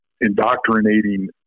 indoctrinating